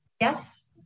Yes